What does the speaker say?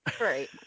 Right